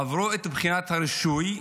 עברו את בחינת הרישוי,